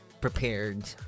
prepared